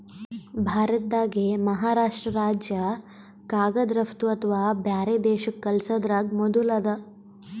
ಭಾರತ್ದಾಗೆ ಮಹಾರಾಷ್ರ್ಟ ರಾಜ್ಯ ಕಾಗದ್ ರಫ್ತು ಅಥವಾ ಬ್ಯಾರೆ ದೇಶಕ್ಕ್ ಕಲ್ಸದ್ರಾಗ್ ಮೊದುಲ್ ಅದ